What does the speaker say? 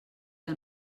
que